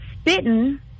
spitting